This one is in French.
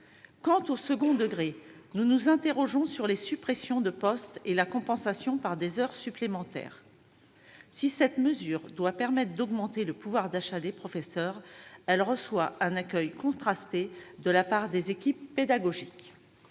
Quant au second degré, nous nous interrogeons sur les suppressions de postes et leur compensation par des heures supplémentaires. Si cette mesure doit permettre d'augmenter le pouvoir d'achat des professeurs, elle reçoit un accueil contrasté de la part des équipes pédagogiques.